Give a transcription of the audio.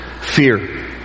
Fear